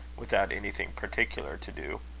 without anything particular to do.